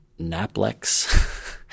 NAPLEX